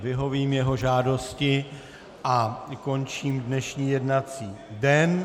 Vyhovím jeho žádosti a končím dnešní jednací den.